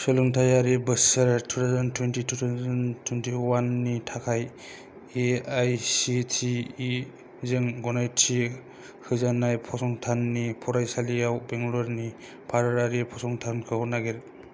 सोलोंथायारि बोसोर two thousand twenty two two thousand twenty one नि थाखाय एआइसिटिइ जों गनायथि होजानाय फसंथाननि फरायसालिआव बेंगाल'रनि भारतारि फसंथानखौ नागिर